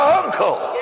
uncle